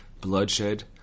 Bloodshed